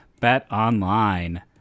BetOnline